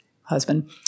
husband